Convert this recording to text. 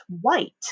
white